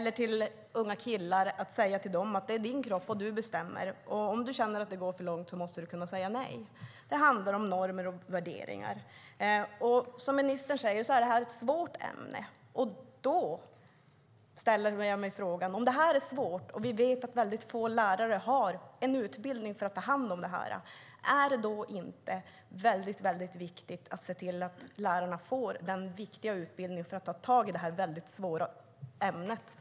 Det gäller också att säga till unga killar: Det är din kropp, och du bestämmer. Om du känner att det går för långt måste du kunna säga nej. Det handlar om normer och värderingar. Som ministern säger är det ett svårt ämne. Jag ställer mig frågan: Om vi vet att det är svårt och att väldigt få lärare har en utbildning för att ta hand om det, är det då inte väldigt viktigt att se till att lärarna får den viktiga utbildningen för att ta tag i det väldigt svåra ämnet?